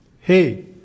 Hey